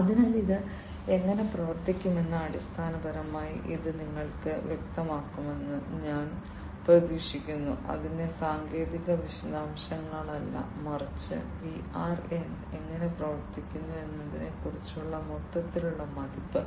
അതിനാൽ ഇത് എങ്ങനെ പ്രവർത്തിക്കുമെന്ന് അടിസ്ഥാനപരമായി ഇത് നിങ്ങൾക്ക് വ്യക്തമാക്കുമെന്ന് ഞാൻ പ്രതീക്ഷിക്കുന്നു അതിന്റെ സാങ്കേതിക വിശദാംശങ്ങളല്ല മറിച്ച് വിആർ എങ്ങനെ പ്രവർത്തിക്കുന്നു എന്നതിനെക്കുറിച്ചുള്ള മൊത്തത്തിലുള്ള മതിപ്പ്